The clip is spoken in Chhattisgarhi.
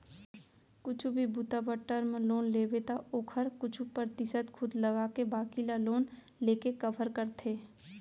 कुछु भी बूता बर टर्म लोन लेबे त ओखर कुछु परतिसत खुद लगाके बाकी ल लोन लेके कभर करथे